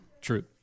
True